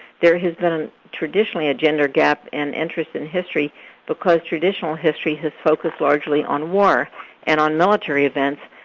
there has been traditionally a gender gap and interest in history because traditional history has focused largely on war and on military events.